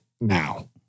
now